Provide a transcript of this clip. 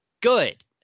good